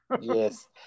Yes